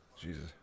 Jesus